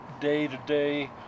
day-to-day